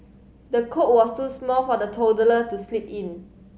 the cot was too small for the toddler to sleep in